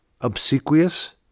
Obsequious